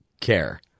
care